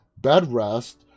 Bedrest